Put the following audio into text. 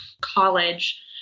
college